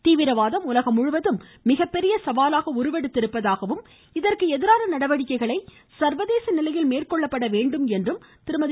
தீவிரவாதம் உலகம் முழுவதும் மிகப்பெரிய சவாலாக உருவெடுத்திருப்பதாகவும் இதற்கு எதிரான நடவடிக்கைகளை சர்வதேச நிலையில் மேற்கொள்ளப்பட வேண்டும் என்றும் திருமதி